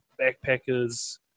backpackers